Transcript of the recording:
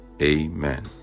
Amen